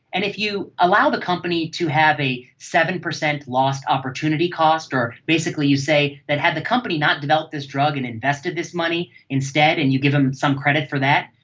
and if you allow the company to have a seven percent lost opportunity opportunity cost or basically you say that had the company not developed this drug and invested this money instead and you give them some credit for that,